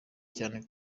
cyane